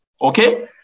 okay